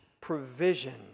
provision